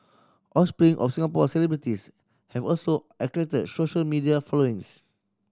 offspring of Singapore celebrities have also attracted social media followings